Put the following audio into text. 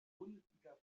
bundesliga